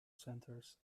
centres